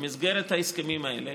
במסגרת ההסכמים האלה